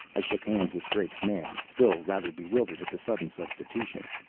i shook hands with drake's man, still rather bewildered at the sudden substitution.